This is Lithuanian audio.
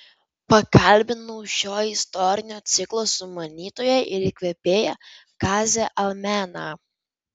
pakalbinau šio istorinio ciklo sumanytoją ir įkvėpėją kazį almeną